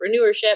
entrepreneurship